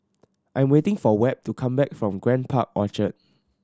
I am waiting for Webb to come back from Grand Park Orchard